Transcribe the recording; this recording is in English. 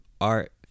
art